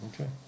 Okay